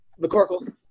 mccorkle